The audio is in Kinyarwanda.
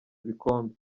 ibikombe